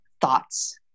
thoughts